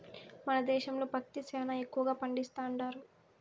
మన దేశంలో పత్తి సేనా ఎక్కువగా పండిస్తండారు